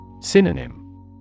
Synonym